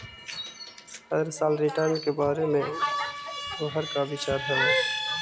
हर साल रिटर्न के बारे में तोहर का विचार हवऽ?